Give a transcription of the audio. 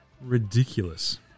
ridiculous